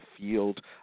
field